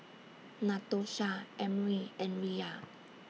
Natosha Emry and Riya